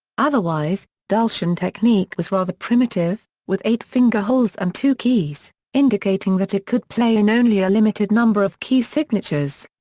otherwise, dulcian technique was rather primitive, with eight finger holes and two keys, indicating that it could play in only a limited number of key signatures.